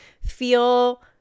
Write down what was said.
feel